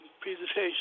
presentation